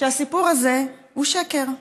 שהסיפור הזה הוא שקר,